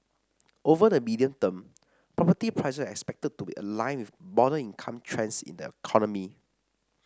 over the medium term property prices are expected to be aligned with broader income trends in the economy